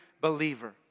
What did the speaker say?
believer